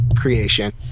creation